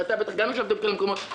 ואתה בטח גם ישבת בכל המקומות.